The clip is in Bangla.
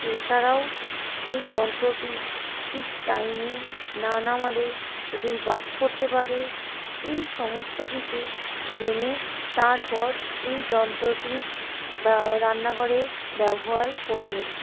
এছাড়াও এই যন্ত্রটি ঠিক টাইমে না নামালে এটির বাস্ট করতে পারে এই সমস্ত কিছু জেনে তারপর এই যন্ত্রটি ব্যব রান্নাঘরে ব্যবহার করবেন